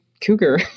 cougar